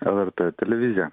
lrt televiziją